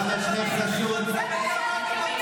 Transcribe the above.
את עושה פרובוקציות במליאה,